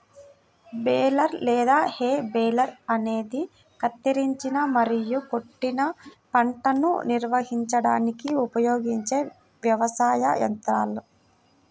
baler లేదా hay baler అనేది కత్తిరించిన మరియు కొట్టిన పంటను నిర్వహించడానికి ఉపయోగించే వ్యవసాయ యంత్రాల